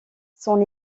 son